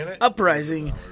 uprising